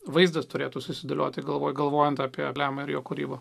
vaizdas turėtų susidėlioti galvoje galvojant apie klemą ir jo kūrybą